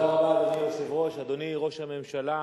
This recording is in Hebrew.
אדוני היושב-ראש, תודה רבה, אדוני ראש הממשלה,